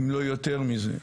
אם לא יותר מזה,